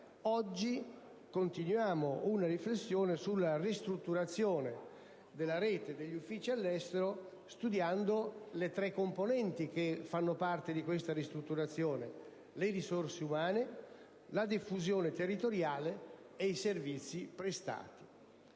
oggi continuiamo una riflessione sulla ristrutturazione della rete degli uffici all'estero, studiando le tre componenti che fanno parte di tale ristrutturazione: le risorse umane, la diffusione territoriale ed i servizi prestati.